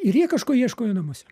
ir jie kažko ieško jo namuose